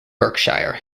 berkshire